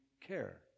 care